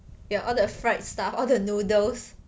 ya all the fried stuff all the noodles